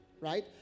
Right